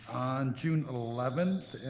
june eleven.